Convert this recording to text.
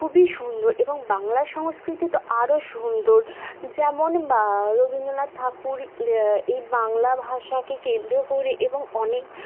খুবই সুন্দর এবং বাংলা সংস্কৃতি তো আরো সুন্দর যেমন বা রবীন্দ্রনাথ ঠাকুর এই বাংলা ভাষাকে কেন্দ্র করে এবং অনেক